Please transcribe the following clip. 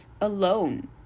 alone